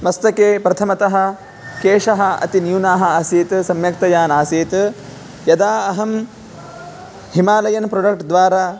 मस्तके प्रथमतः केशः अतिन्यूनाः आसीत् सम्यक्तया नासीत् यदा अहं हिमालयन् प्रोडक्ट् द्वारा